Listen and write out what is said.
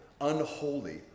unholy